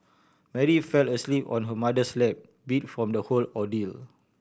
Mary fell asleep on her mother's lap beat from the whole ordeal